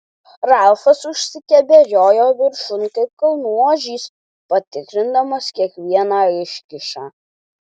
ralfas užsikeberiojo viršun kaip kalnų ožys patikrindamas kiekvieną iškyšą